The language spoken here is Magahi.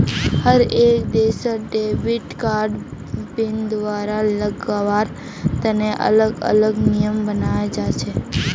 हर एक देशत डेबिट कार्ड पिन दुबारा लगावार तने अलग अलग नियम बनाल जा छे